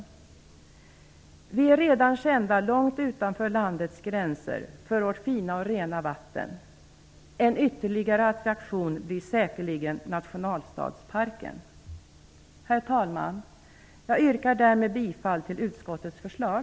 Sverige är redan känt långt utanför landets gränser för det fina och rena vattnet. En ytterligare attraktion blir säkerligen nationalstadsparken. Herr talman! Jag yrkar bifall till utskottets förslag.